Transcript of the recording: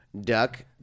Duck